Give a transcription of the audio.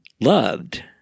Loved